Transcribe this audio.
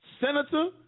senator